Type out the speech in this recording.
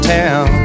town